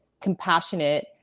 compassionate